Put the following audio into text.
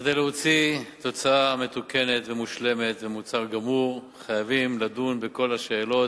כדי להוציא תוצאה מתוקנת ומושלמת ומוצר גמור חייבים לדון בכל השאלות,